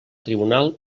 tribunal